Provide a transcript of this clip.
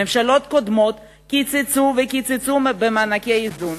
ממשלות קודמות קיצצו וקיצצו במענקי האיזון,